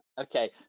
Okay